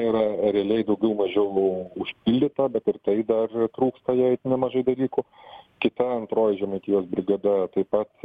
yra realiai daugiau mažiau užpildyta bet ir tai dar trūksta jai nemažai dalykų kita antroji žemaitijos brigada taip pat